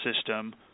system